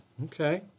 Okay